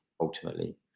ultimately